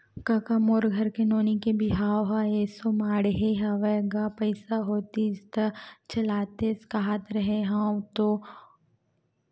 कका मोर घर नोनी के बिहाव ह एसो माड़हे हवय गा पइसा होतिस त चलातेस कांहत रेहे हंव गो भले बियाज म पइसा दे देतेस रे भई